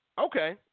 okay